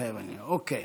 "מתחייב אני", אוקיי.